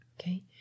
okay